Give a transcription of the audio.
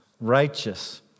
righteous